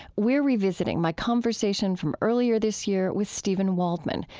we're revisiting my conversation from earlier this year, with steven waldman,